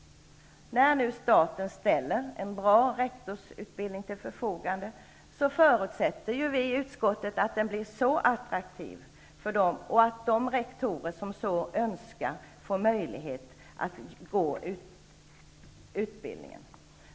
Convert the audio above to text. När staten nu ställer en bra rektorsutbildning till förfogande, förutsätter vi i utskottet att den blir så attraktiv för rektorerna att de som så önskar får möjlighet att gå utbildningen.